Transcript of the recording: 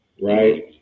right